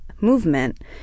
movement